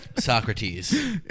Socrates